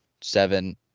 seven